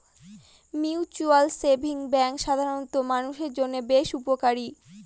mutual savings bank সাধারন মানুষের জন্য বেশ উপকারী